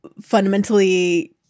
fundamentally